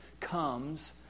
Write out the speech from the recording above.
comes